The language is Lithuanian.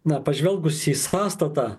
na pažvelgus į sąstatą